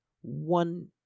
one